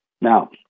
Now